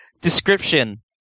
Description